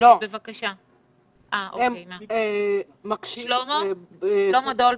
שלמה דולברג,